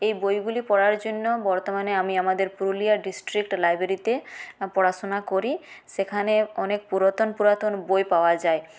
এই বইগুলি পড়ার জন্য বর্তমানে আমি আমাদের পুরুলিয়ার ডিস্ট্রিক্ট লাইব্রেরিতে পড়াশোনা করি সেখানে অনেক পুরাতন পুরাতন বই পাওয়া যায়